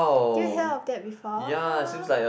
do you heard of that before